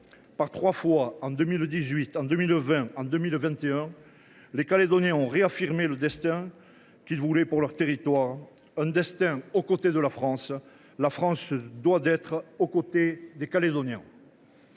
Par trois fois, en 2018, en 2020, en 2021, les Néo Calédoniens ont réaffirmé vouloir pour leur territoire un destin aux côtés de la France. La France se doit donc d’être aux côtés des Néo Calédoniens.